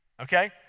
Okay